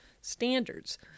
standards